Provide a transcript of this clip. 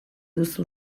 duzu